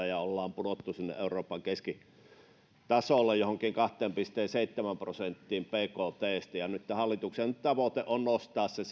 ja ollaan pudottu euroopan keskitasolle johonkin kahteen pilkku seitsemään prosenttiin bktstä tämän hallituksen tavoite on nostaa se